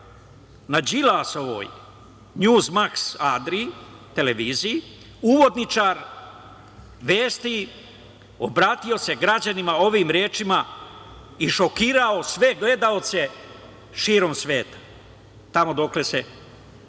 na Đilasovoj Njuz Maks Adriji, televiziji, uvodničar vesti obratio se građanima ovim rečima i šokirao sve gledaoce širom sveta, tamo dokle se dostiže